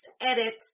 edit